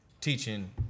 teaching